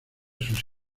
sus